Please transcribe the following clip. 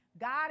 God